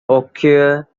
occur